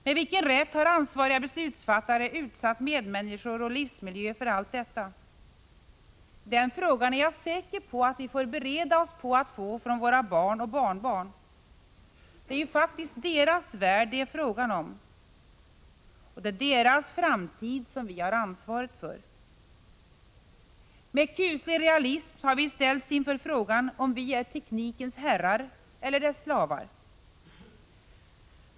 Med vilken rätt har ansvariga beslutsfattare utsatt medmänniskor och livsmiljö för allt detta? Den frågan är jag säker på att vi får bereda oss på att få från våra barn och barnbarn. Det är ju faktiskt deras värld det är frågan om, och det är deras framtid vi har ansvaret för. Med kuslig realism har vi ställts inför frågan om vi är teknikens herrar eller dess slavar.